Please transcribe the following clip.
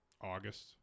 August